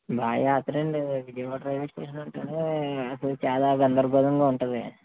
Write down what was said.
బాగా యతనండి Vijayawada railway station అంటేనే అసలు చాలా గందరగోళంగా ఉంటుంది